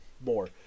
more